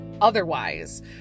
otherwise